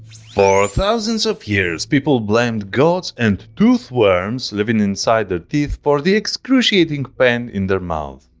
for thousands of years people blamed gods and tooth worms living inside their teeth for the excruciating pain in their mouths.